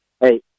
hey